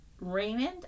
Raymond